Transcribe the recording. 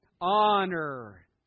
Honor